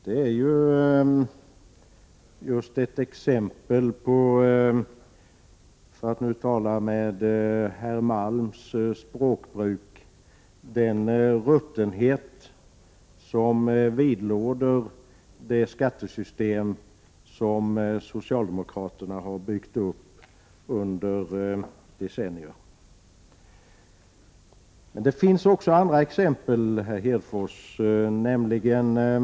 Det är ju just ett exempel på — för att använda Stig Malms språkbruk — den ruttenhet som vidlåder det skattesystem som socialdemokraterna har byggt upp under decennier. Det finns emellertid också andra exempel, herr Hedfors, nämligen bl.a. Prot.